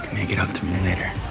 make it up to me later.